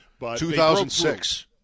2006